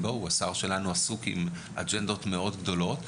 השר שלנו עסוק עם אג'נדות מאוד גדולות.